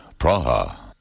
Praha